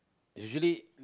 usually